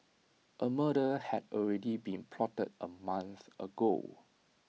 A murder had already been plotted A month ago